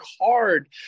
hard